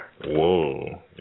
Whoa